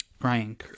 Brian